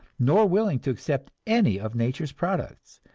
nor willing to accept any of nature's products.